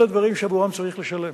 אלה דברים שעבורם צריך לשלם.